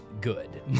good